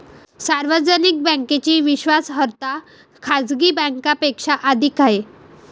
सार्वजनिक बँकेची विश्वासार्हता खाजगी बँकांपेक्षा अधिक आहे